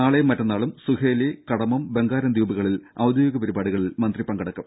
നാളെയും മറ്റന്നാളും സുഹേലി കടമം ബംഗാരം ദ്വീപുകളിൽ ഔദ്യോഗിക പരിപാടികളിൽ മന്ത്രി പങ്കെടുക്കും